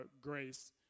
grace